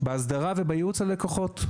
עם ההסדרה ועם ייעוץ ללקוחות.